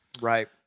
right